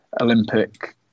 Olympic